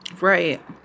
Right